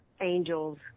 angels